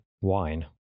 wine